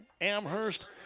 Amherst